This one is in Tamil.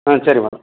ஆ சரி மேடம்